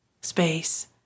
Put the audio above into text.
space